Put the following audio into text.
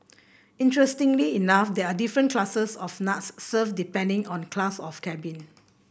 interestingly enough there are different classes of nuts served depending on class of cabin